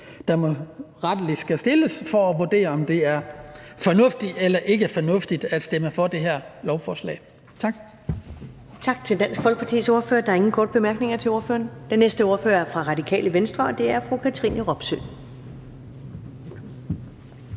der rettelig skal stilles, for at vurdere, om det er fornuftigt eller ikke er fornuftigt at stemme for det her lovforslag.